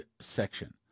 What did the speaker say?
section